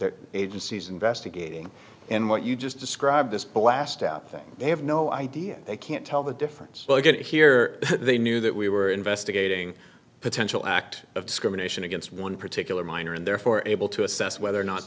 the agencies investigating in what you just described this blast out think they have no idea they can't tell the difference oh i get it here they knew that we were investigating potential act of discrimination against one particular miner and therefore able to assess whether or not